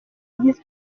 yagize